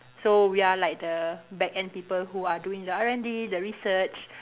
so we are like the back end people who are doing the R&D the research